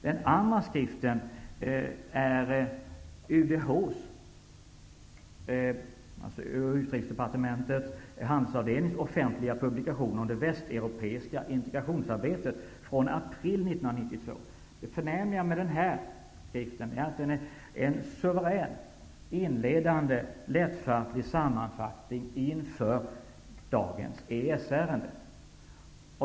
Den andra skriften är Utrikesdepartementets handelsavdelnings offentliga publikation om det västeuropeiska integrationsarbetet, som publicerades i april 1992. Det förnämliga med denna skrift är att den är en suverän, inledande och lättfattlig sammanfattning inför dagens EES ärende.